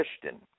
christian